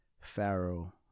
Pharaoh